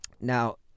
Now